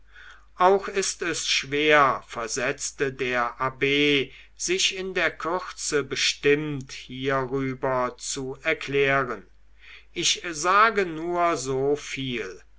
auch ist es schwer versetzte der abb sich in der kürze bestimmt hierüber zu erklären ich sage nur so viel